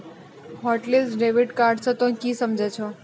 hotlist debit card से तोंय की समझे छौं